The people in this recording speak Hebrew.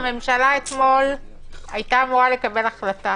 הממשלה אתמול היתה אמורה לקבל החלטה.